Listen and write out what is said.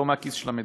לא מהכיס של המדינה,